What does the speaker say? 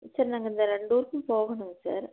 sir நாங்கள் இந்த ரெண்டு ஊருக்கும் போகணுங்க சார்